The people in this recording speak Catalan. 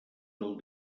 del